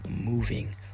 moving